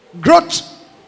growth